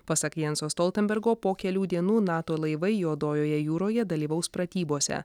pasak jenso stoltenbergo po kelių dienų nato laivai juodojoje jūroje dalyvaus pratybose